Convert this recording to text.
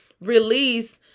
release